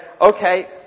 okay